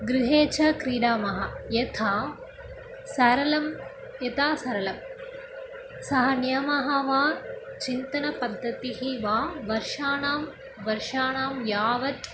गृहे च क्रीडामः यथा सरलं यथा सरलं सः नियमः वा चिन्तनपद्धतिः वा वर्षाणां वर्षाणां यावत्